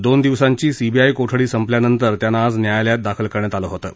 दोन दिवसांची सीबीआय कोठडी संपल्यानंतर त्यांना आज न्यायालयात दाखल करण्यात आलं होतं